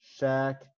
Shaq